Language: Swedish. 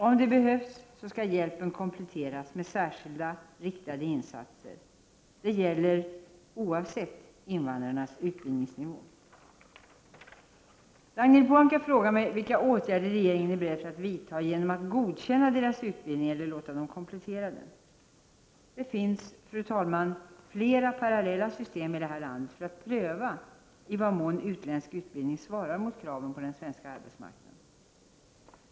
Om det behövs, skall hjälpen kompletteras med särskilda, riktade insatser. Detta gäller oavsett invandrarens utbildningsnivå. Ragnhild Pohanka frågar mig vilka åtgärder regeringen är beredd att vidta genom att ”godkänna deras utbildning eller låta dem komplettera den”. Det finns, fru talman, flera parallella system här i landet för att pröva i vad mån utländsk utbildning svarar mot kraven på den svenska arbetsmarknaden.